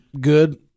good